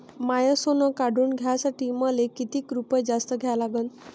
माय सोनं काढून घ्यासाठी मले कितीक रुपये जास्त द्या लागन?